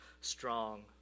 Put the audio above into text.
strong